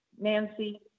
Nancy